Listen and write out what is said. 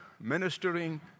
ministering